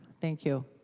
thank you.